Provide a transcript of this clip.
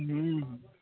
हूँ हूँ